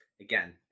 Again